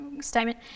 statement